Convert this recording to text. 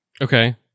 Okay